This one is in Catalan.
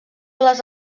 les